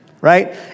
Right